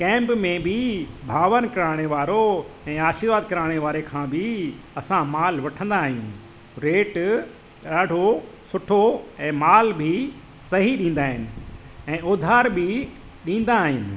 camp में बि भावन किराणे वारो या आशीर्वाद किराणे वारे खां बि असां माल वठंदा आहियूं रेट ॾाढो सुठो ऐं माल बि सही ॾींदा आहिनि ऐं ओधर बि ॾींदा आहिनि